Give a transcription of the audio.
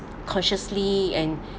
cautiously and